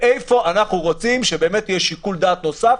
ואיפה אנחנו רוצים שיהיה שיקול דעת נוסף,